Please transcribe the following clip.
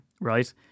right